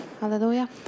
Hallelujah